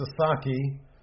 Sasaki